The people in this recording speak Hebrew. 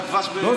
לא,